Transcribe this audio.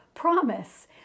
promise